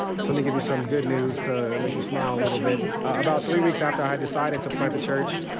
so let me give you some good news to make you smile a little bit. about three weeks after i had decided to plant the church,